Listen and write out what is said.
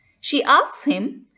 she asks him,